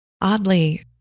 Oddly